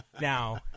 now